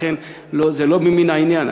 לכן, לא, זה לא ממין העניין.